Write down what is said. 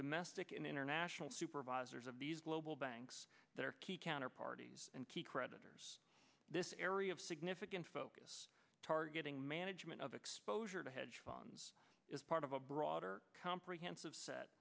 domestic and international supervisors of these global banks that are key counter parties and key creditors this area of significant focus targeting management of exposure to hedge funds is part of a broader comprehensive set